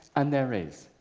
and there is.